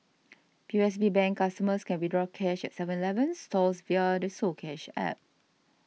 P O S B Bank customers can withdraw cash at Seven Eleven stores via the soCash App